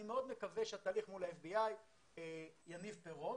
אני מאוד מקווה שהתהליך מול ה-FBI יניב פירות.